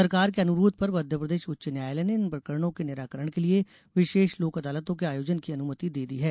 सरकार के अनुरोध पर मप्र उच्च न्यायालय ने इन प्रकरणों के निराकरण के लिये विशेष लोक अदालतों के आयोजन की अनुमति दे दी है